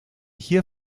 hier